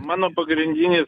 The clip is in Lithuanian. mano pagrindinis